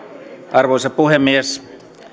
arvoisa puhemies